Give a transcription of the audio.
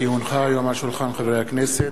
כי הונחה היום על שולחן הכנסת,